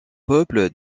peuple